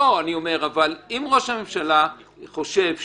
לא, אבל אם ראש המשלה חושב שלא,